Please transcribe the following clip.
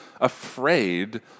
afraid